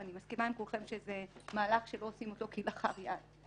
ואני מסכימה עם כולכם שזה מהלך שלא עושים אותו כלאחר יד,